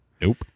Nope